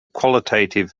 qualitative